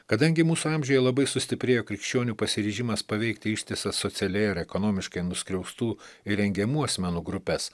kadangi mūsų amžiuje labai sustiprėjo krikščionių pasiryžimas paveikti ištisas socialiai ar ekonomiškai nuskriaustų įrengiamų asmenų grupes